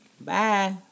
Bye